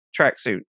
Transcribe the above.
tracksuit